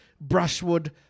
brushwood